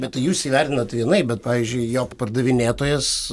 bet tai jūs įvertinat vienaip bet pavyzdžiui jo pardavinėtojas